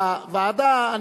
אין נמנעים.